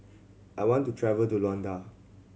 I want to travel to Luanda